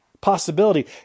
possibility